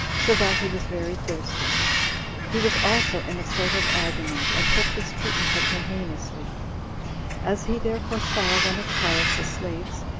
so that he was very thirsty he was also in a sort of agony, and took this treatment of him heinously as he therefore saw one of caius's slaves,